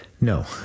No